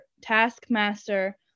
Taskmaster